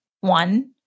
one